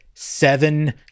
seven